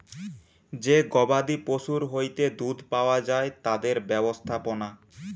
যে গবাদি পশুর হইতে দুধ পাওয়া যায় তাদের ব্যবস্থাপনা